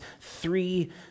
three